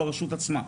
ברשות עצמה.